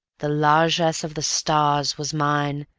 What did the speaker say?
the largess of the stars was mine,